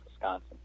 Wisconsin